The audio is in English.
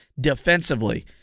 defensively